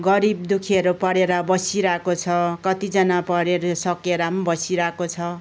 गरिब दुखीहरू पढेर बसिरहेकोछ कतिजना पढिसकेर पनि बसिहेको छ